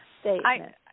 statement